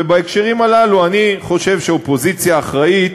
ובהקשרים הללו אני חושב שאופוזיציה אחראית